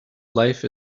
life